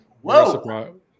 Whoa